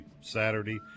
Saturday